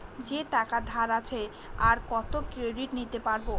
যে টাকা ধার আছে, আর কত ক্রেডিট নিতে পারবো?